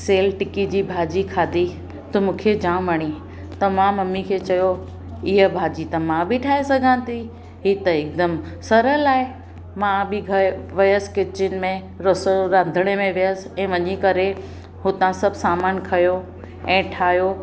sale टिकी जी भाॼी खाधी त मूंखे जामु वणी त मां मम्मी खे चयो इहा भाॼी त मां बि ठाहे सघां थी ही त हिकदमि सरल आहे मां बि घरु वियसि किचन में रसो रंधिणे में वियसि ऐं वञी करे हुतां सभु सामान खंयो ऐं ठाहियो